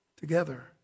Together